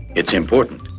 it's important.